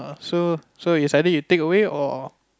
so so it's either you take away or or